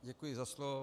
Děkuji za slovo.